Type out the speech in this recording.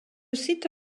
site